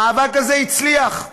המאבק הזה הצליח,